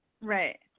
Right